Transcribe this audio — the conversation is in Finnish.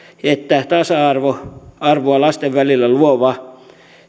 että tasa arvoa lasten välillä luova